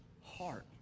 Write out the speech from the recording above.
heart